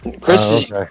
Chris